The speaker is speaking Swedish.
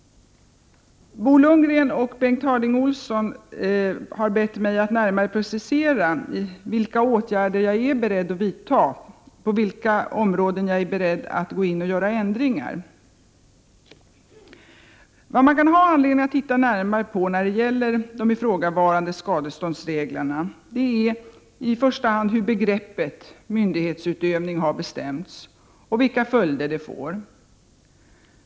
Bo Lundgren och Bengt Harding Olson har bett mig att närmare precisera vilka åtgärder jag är beredd att vidta och på vilka områden jag är beredd att göra ändringar. Det man kan ha anledning att se närmare på beträffande de ifrågavarande skadeståndsreglerna är i första hand hur begreppet myndighetsutövning har bestämts och vilka följder det får.